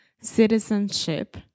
citizenship